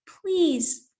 Please